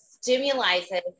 stimulizes